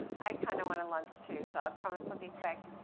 i kind of want and lunch too so i promise i'll be quick.